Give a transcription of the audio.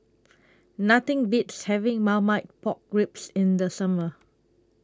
Nothing Beats having Marmite Pork Ribs in The Summer